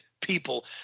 people